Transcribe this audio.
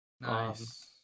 Nice